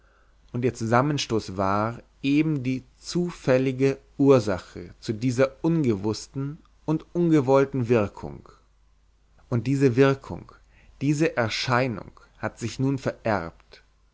und ihr zusammenstoß war eben die zufällige ursache zu dieser ungewußten und ungewollten wirkung und diese wirkung diese erscheinung hat sich nun vererbt